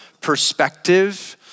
perspective